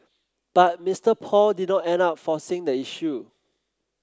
but Mister Paul did not end up forcing the issue